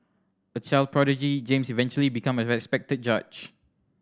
a child prodigy James eventually became a respected judge